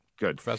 Good